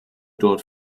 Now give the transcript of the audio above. dort